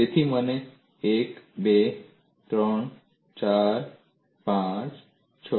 તેથી મને 1 2 3 4 5 6